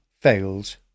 Fails